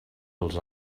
als